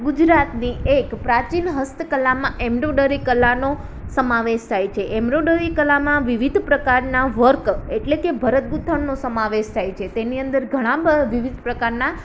ગુજરાતની એક પ્રાચીન હસ્તકલામાં એમ્બ્રોરોડરી કલાનો સમાવેશ થાય છે કલામાં વિવિધ પ્રકારના વર્ક એટલે કે ભરત ગૂંથણનો સમાવેશ થાય છે તેની અંદર ઘણાં વિવિઘ પ્રકારનાં